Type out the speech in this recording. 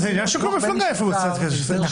זה עניין של כל מפלגה איפה היא מוציאה את הכסף שלה.